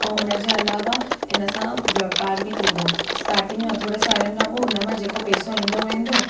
ऐं हुन जे अलावा इन सां वापार बि थींदो स्टाटिंग में थोरे सालनि खां पोइ उन मां जेको पेसो ईंदो वेंदो